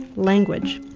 language.